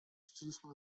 siedzieliśmy